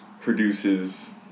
produces